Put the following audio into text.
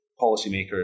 policymakers